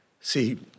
See